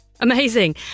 Amazing